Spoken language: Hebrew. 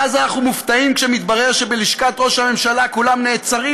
ואז אנחנו מופתעים כשמתברר שבלשכת ראש הממשלה כולם נעצרים,